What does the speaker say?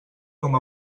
com